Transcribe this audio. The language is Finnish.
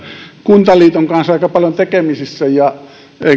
kuntaliiton kanssa aika paljon tekemisissä